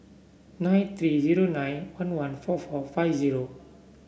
nine three zero nine one one four four five zero